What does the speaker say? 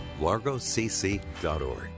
largocc.org